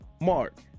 mark